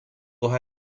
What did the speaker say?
ha